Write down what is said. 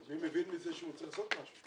אז מי מבין מזה שהוא צריך לעשות משהו?